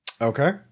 Okay